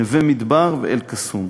נווה-מדבר ואל-קסום.